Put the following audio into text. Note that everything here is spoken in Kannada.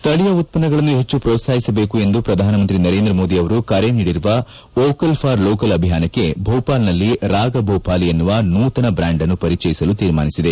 ಸ್ಥಳೀಯ ಉತ್ವನ್ನಗಳನ್ನು ಹೆಚ್ಚು ಪ್ರೋತ್ಸಾಹಿಸಬೇಕು ಎಂದು ಪ್ರಧಾನಮಂತ್ರಿ ನರೇಂದ್ರ ಮೋದಿ ಅವರು ಕರೆ ನೀಡಿರುವ ವೋಕಲ್ ಫಾರ್ ಲೋಕಲ್ ಅಭಿಯಾನಕ್ಕೆ ಭೂಪಾಲ್ನಲ್ಲಿ ರಾಗಭೂಪಾಲಿ ಎನ್ನುವ ನೂತನ ಬ್ರ್ತಾಂಡ್ ಅನ್ನು ಪರಿಚಯಿಸಲು ತೀರ್ಮಾನಿಸಿದೆ